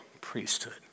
priesthood